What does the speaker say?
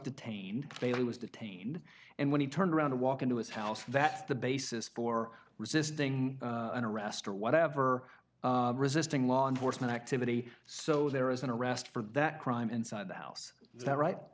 detained they was detained and when he turned around to walk into his house that's the basis for resisting an arrest or whatever resisting law enforcement activity so there is an arrest for that crime inside the house is that right